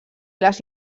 les